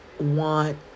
want